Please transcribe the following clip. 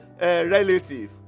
relative